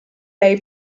lei